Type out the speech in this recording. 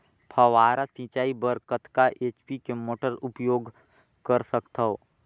फव्वारा सिंचाई बर कतका एच.पी के मोटर उपयोग कर सकथव?